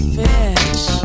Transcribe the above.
fish